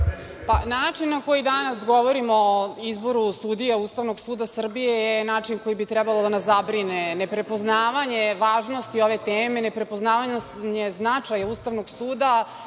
na koji danas govorimo o izboru sudija Ustavnog suda Srbije je način koji bi trebao da nas zabrine. Neprepoznavanje važnosti ove teme, neprepoznavanje značaja Ustavnog suda